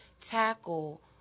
tackle